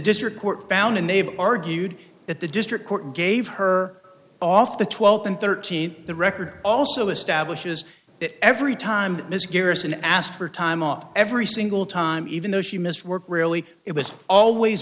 district court found a neighbor argued that the district court gave her off the twelve and thirteen the record also establishes it every time this curious and asked for time off every single time even though she missed work really it was always